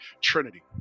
trinity